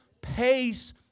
pace